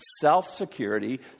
self-security